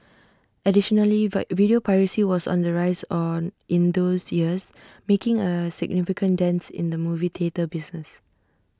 additionally video piracy was on the rise on in those years making A significant dent in the movie theatre business